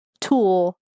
tool